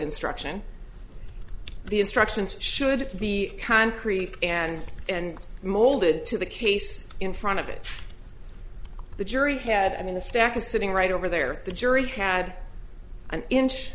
instruction the instructions should be concrete and and molded to the case in front of it the jury had i mean the stack is sitting right over there the jury had an inch